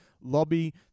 lobby